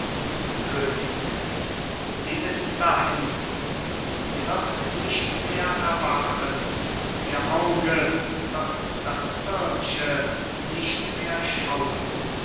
könig sie ist dahin sie wird nicht mehr erwachen ihr auge wird das irdsche nicht mehr schauen